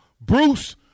Bruce